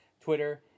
Twitter